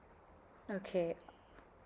okay